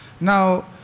Now